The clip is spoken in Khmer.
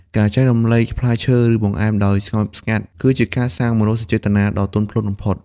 ការចែករំលែកផ្លែឈើ ឬបង្អែមដោយស្ងប់ស្ងាត់ គឺជាការសាងមនោសញ្ចេតនាដ៏ទន់ភ្លន់បំផុត។